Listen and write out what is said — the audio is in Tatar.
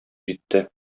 җитте